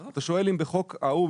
אתה שואל אם בחוק ההוא,